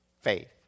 faith